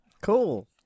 Cool